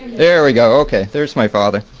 there we go, okay. there's my father.